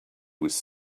was